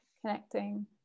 connecting